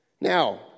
Now